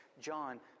John